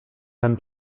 ten